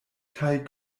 kaj